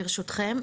ברשותכם,